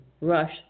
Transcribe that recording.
rush